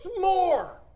more